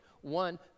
One